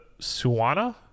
suana